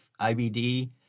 IBD